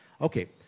Okay